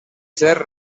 ser